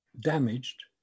damaged